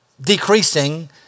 decreasing